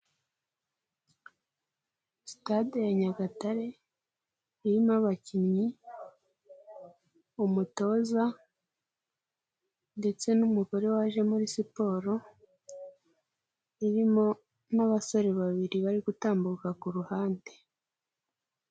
Sitade ya Nyagatare irimo abakinnyi, umutoza ndetse n'umugore waje muri siporo, irimo n'abasore babiri bari gutambuka ku ruhande.